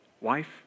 Wife